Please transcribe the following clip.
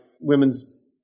women's